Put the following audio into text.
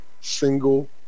single